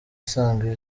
isanzwe